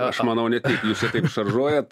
aš manau ne jūs ir šaržuojat